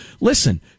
Listen